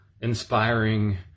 inspiring